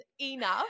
enough